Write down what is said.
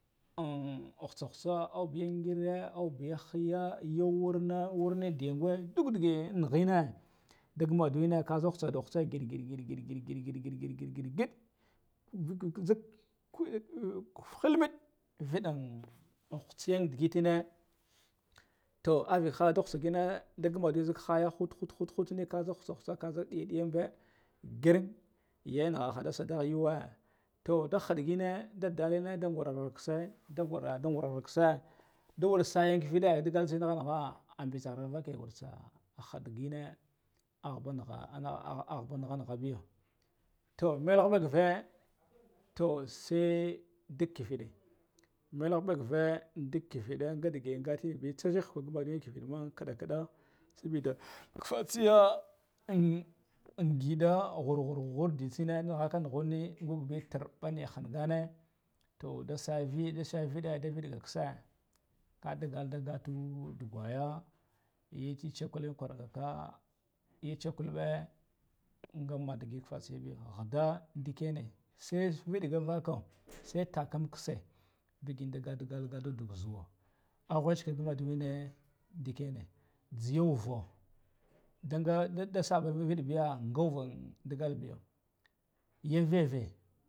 Au khutso khutso aubin gera aubin hiya ya wurna wurna dinge dug dige nigena, da guma hutsadi hutseg ngiɗ ngiɗ ngiɗ ngid ngiɗ ngiɗ ngiɗe zik hilmen viɗen hutse yan digitna, to avahal dagumalu haya ha thutneh kazik hutse hutse kazik nɗig nɗiyan ba ger, yaniɗ sigadagh yuwe to da hinɗ gena da gurga kitse da wuri sayen viɗe digaltsen da neɗene ɗe abitserar hangenah aghbanigha nigha beyo, toh malgh geve toh sai ɗig kiveɗeɗ malgh give kiveɗe gadige gatinbe tsub huke buladun kivid an kunaɗ kunɗa sabi da fatse ya angeɗe ghur ghur ghur ditsena neghk nughtsene turɓa nivhangana, toh dasa viɗe da viɗega kitse kadugal ta dughay yaci chikuɓe kwur gaka ya chikube gamadge fatsiya beyo nghadda dikiyane sai vinga vaka sai takum ketse bige da gatul gata dug zuwo a ghucike buladune geya uvo daga diga digda sakan viɗe beya ga uvon digal biyo bebe